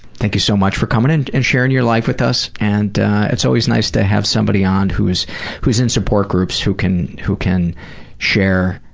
thank you so much for coming in and sharing your life with us. and it's always nice to have somebody on who's who's in support groups, who can who can share